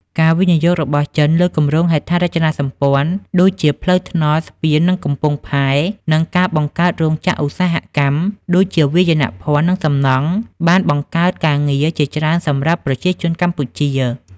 ការវិនិយោគរបស់ចិនលើគម្រោងហេដ្ឋារចនាសម្ព័ន្ធ (ដូចជាផ្លូវថ្នល់ ស្ពាន និងកំពង់ផែ) និងការបង្កើតរោងចក្រឧស្សាហកម្ម (ដូចជាវាយនភ័ណ្ឌ និងសំណង់) បានបង្កើតការងារជាច្រើនសម្រាប់ប្រជាជនកម្ពុជា។